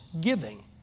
giving